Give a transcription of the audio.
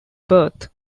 birth